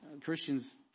Christians